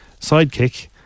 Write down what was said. sidekick